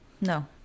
No